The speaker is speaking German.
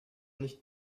nicht